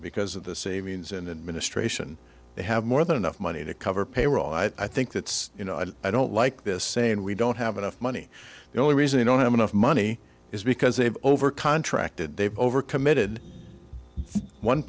because of the savings and ministration they have more than enough money to cover payroll i think that's you know and i don't like this saying we don't have enough money the only reason we don't have enough money is because they've over contracted they've over committed one